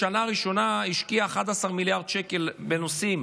בשנה הראשונה השקיעה 11 מיליארד שקל בנושאים